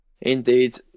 Indeed